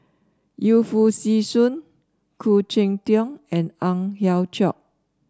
Yu Foo Yee Shoon Khoo Cheng Tiong and Ang Hiong Chiok